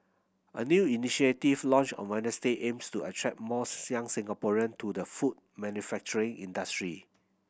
a new initiative launched on Wednesday aims to attract more young Singaporean to the food manufacturing industry